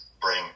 bring